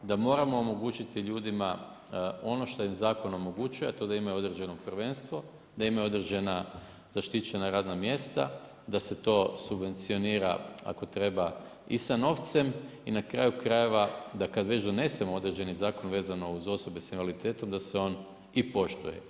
Da moramo omogućiti ljudima ono što im zakon omogućuje, a to da imaju određeno prvenstvo, da imaju određena zaštićena radna mjesta, da se to subvencionira ako treba i sa novce, i na kraju krajeva, da kad već donesemo određeni zakon vezan za osobe s invaliditetom, da se on i poštuje.